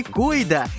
cuida